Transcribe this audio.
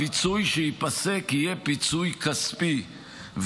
הפיצוי שייפסק יהיה פיצוי כספי,